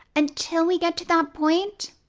until we get to that point,